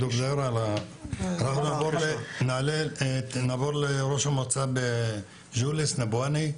אנחנו נעבור לראש מועצת ג'וליס ויסאם נאבואני,